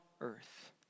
earth